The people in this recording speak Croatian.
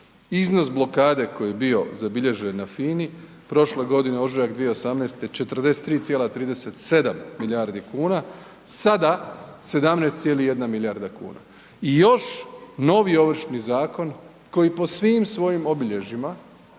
iznos blokade koji je bio zabilježen na FINA-i prošle godine, ožujak 2018. 43,37 milijardi kuna, sada 17,1 milijarda kuna i još novi Ovršni zakon koji po svim svojim obilježjima